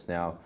Now